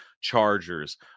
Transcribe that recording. chargers